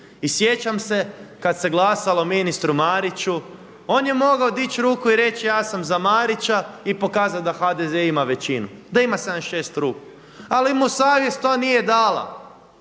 I sjećam se kad se glasalo ministru Mariću on je mogao dići ruku i reći ja sam za Marića i pokazat da HDZ ima većinu, da ima 76 ruku. Ali mu savjest to nije dala.